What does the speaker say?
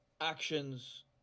actions